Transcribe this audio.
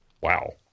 wow